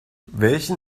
welchen